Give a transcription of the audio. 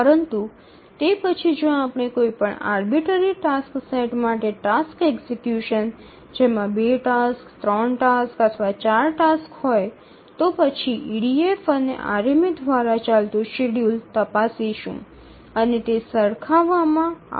પરંતુ તે પછી જો આપણે કોઈપણ આરબીટરી ટાસ્ક સેટ માટે ટાસ્ક એક્ઝિક્યુશન જેમાં ૨ ટાસક્સ ૩ ટાસક્સ અથવા ૪ ટાસક્સ હોય તો પછી ઇડીએફ અને આરએમએ દ્વારા ચાલતું શેડ્યૂલ તપાસીશું અને તે સરખાવામાં આવશે